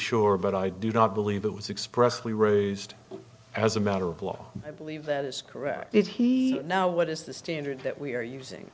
sure but i do not believe it was expressly raised as a matter of law i believe that is correct did he know what is the standard that we're using